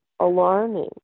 alarming